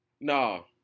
No